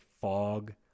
fog